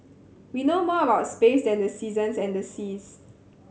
we know more a lot space than the seasons and the seas